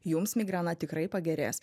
jums migrena tikrai pagerės